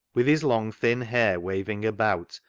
with his long, thin hair waving about,